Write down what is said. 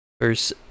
verse